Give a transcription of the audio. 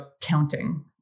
counting